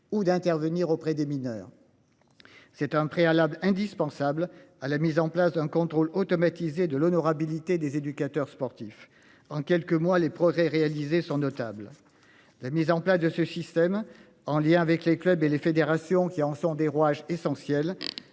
ou d'intervenir auprès des mineurs. C'est un préalable indispensable à la mise en place d'un contrôle automatisé de l'honorabilité des éducateurs sportifs en quelques mois les progrès réalisés sont notables. La mise en place de ce système en lien avec les clubs et les fédérations qui en sont des rouages essentiels